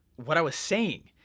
what i was saying.